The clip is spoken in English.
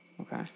Okay